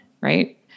right